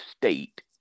state